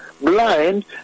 blind